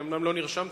אני אומנם לא נרשמתי,